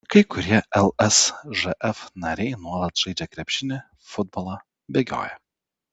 kai kurie lsžf nariai nuolat žaidžia krepšinį futbolą bėgioja